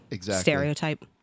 stereotype